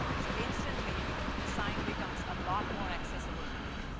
so instantly the sign becomes a lot more accessible to you.